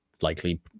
likely